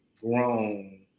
grown